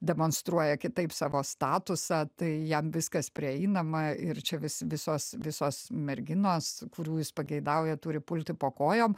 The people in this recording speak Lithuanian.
demonstruoja kitaip savo statusą tai jam viskas prieinama ir čia vis visos visos merginos kurių jis pageidauja turi pulti po kojom